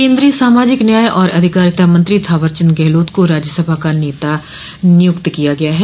कन्द्रीय सामाजिक न्याय और अधिकारिता मंत्री थावरचंद गहलोत को राज्यसभा का नेता नियुक्त किया गया है